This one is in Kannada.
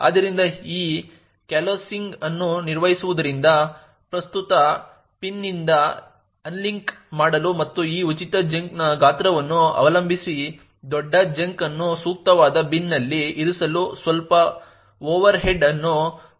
ಆದ್ದರಿಂದ ಈ ಕೋಲೆಸ್ಸಿಂಗ್ ಅನ್ನು ನಿರ್ವಹಿಸುವುದರಿಂದ ಪ್ರಸ್ತುತ ಪಿನ್ನಿಂದ ಅನ್ಲಿಂಕ್ ಮಾಡಲು ಮತ್ತು ಈ ಉಚಿತ ಚಂಕ್ನ ಗಾತ್ರವನ್ನು ಅವಲಂಬಿಸಿ ದೊಡ್ಡ ಚಂಕ್ ಅನ್ನು ಸೂಕ್ತವಾದ ಬಿನ್ನಲ್ಲಿ ಇರಿಸಲು ಸ್ವಲ್ಪ ಓವರ್ಹೆಡ್ ಅನ್ನು ಹೊಂದಿರುತ್ತದೆ